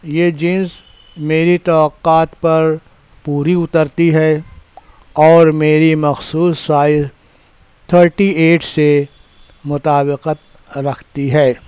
یہ جینس میری توقعات پر پوری اترتی ہے اور میری مخصوص سائز تھرٹی ایٹ سے مطابقت رکھتی ہے